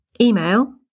Email